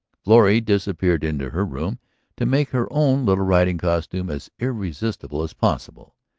florrie disappeared into her room to make her own little riding-costume as irresistible as possible.